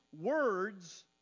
words